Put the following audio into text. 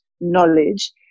knowledge